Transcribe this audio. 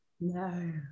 no